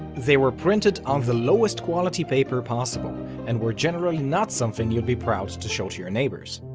they were printed on the lowest quality paper possible and were generally not something you'd be proud to show to your neighbors.